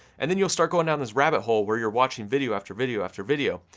and then you'll start going down this rabbit hole, where you're watching video, after video, after video.